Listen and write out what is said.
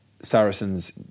Saracens